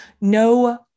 no